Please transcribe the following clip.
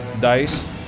dice